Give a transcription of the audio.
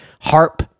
harp